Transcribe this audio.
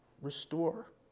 Restore